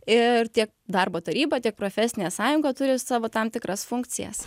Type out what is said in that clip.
ir tiek darbo taryba tiek profesinė sąjunga turi savo tam tikras funkcijas